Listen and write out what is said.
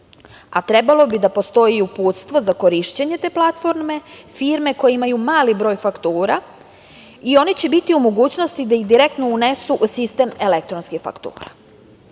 Trebalo bi da postoji i uputstvo za korišćenje te platforme, firme koje imaju mali broj faktura i one će biti u mogućnosti da direktno unesu u sistem elektronskih faktura. Iz